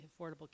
Affordable